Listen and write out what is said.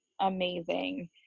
amazing